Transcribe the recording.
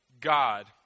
God